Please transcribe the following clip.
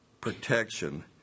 protection